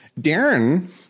Darren